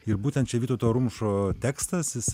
ir būtent čia vytauto rumšo tekstas